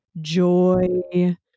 joy